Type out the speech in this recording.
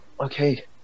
okay